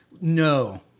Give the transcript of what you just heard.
No